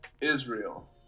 Israel